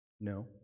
No